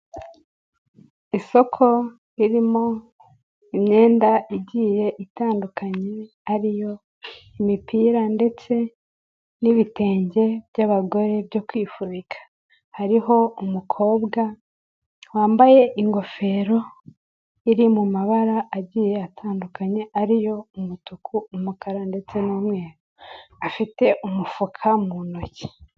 Isoko ririmo imyenda igiye itandukanye, ariyo imipira ndetse n'ibitenge by'abagore byo kwifubika, hariho umukobwa wambaye ingofero iri mu mabara agiye atandukanye ari yo: umutuku, umukara ndetse n'umweru, afite umufuka mu ntoki.